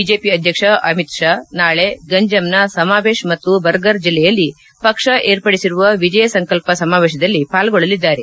BJP ಅಧ್ಯಕ್ಷ ಅಮಿತ್ ಶಾ ನಾಳೆ ಗಂಜಮ್ನ ಸಮಾಬೆತ್ ಮತ್ತು ಬರ್ಗರ್ ಜಿಲ್ಲೆಯಲ್ಲಿ ಪಕ್ಷ ಏರ್ಪಡಿಸಿರುವ ವಿಜಯ ಸಂಕಲ್ಪ ಸಮಾವೇಕದಲ್ಲಿ ಪಾಲ್ಗೊಳ್ಳಲಿದ್ದಾರೆ